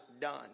done